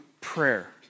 prayer